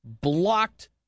blocked